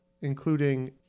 including